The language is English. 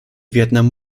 vietnam